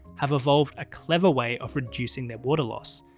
have evolved a clever way of reducing their water loss.